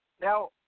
Now